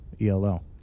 ELO